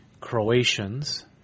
Croatians